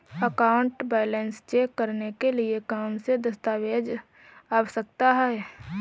Account balance check करने के लिए कौनसे दस्तावेज़ आवश्यक हैं?